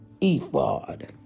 ephod